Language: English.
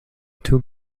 two